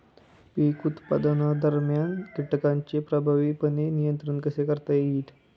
पीक उत्पादनादरम्यान कीटकांचे प्रभावीपणे नियंत्रण कसे करता येईल?